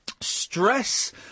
stress